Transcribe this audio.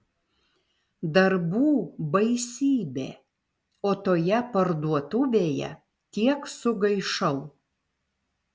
darbų baisybė o toje parduotuvėje tiek sugaišau